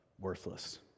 worthless